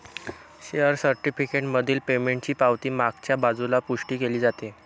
share certificate मधील पेमेंटची पावती मागच्या बाजूला पुष्टी केली जाते